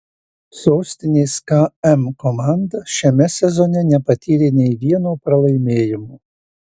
sostinės km komanda šiame sezone nepatyrė nei vieno pralaimėjimo